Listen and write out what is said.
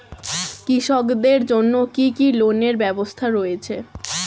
কৃষকদের জন্য কি কি লোনের ব্যবস্থা রয়েছে?